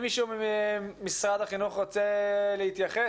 האם מישהו ממשרד החינוך רוצה להתייחס?